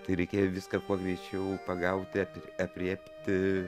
tai reikėjo viską kuo greičiau pagauti aprėpti